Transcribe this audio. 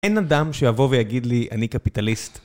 אין אדם שיבוא ויגיד לי אני קפיטליסט